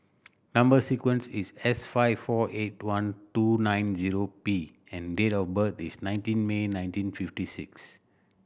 number sequence is S five four eight one two nine zero P and date of birth is nineteen May nineteen fifty six